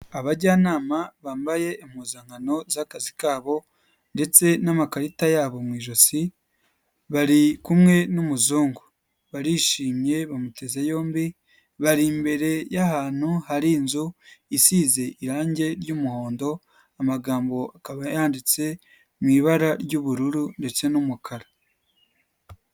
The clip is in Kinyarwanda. Abajyanama bambaye impuzankano z'akazi kabo, ndetse n'amakarita yabo mu ijosi. Bari kumwe n'umuzungu, barishimye, bamuteze yombi. Bari imbere y'ahantu hari inzu isize irangi ry'umuhondo, amagambo akaba yanditse mu ibara ry'ubururu ndetse n'umukara.